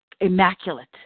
immaculate